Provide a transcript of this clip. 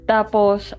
Tapos